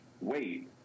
wait